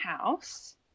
house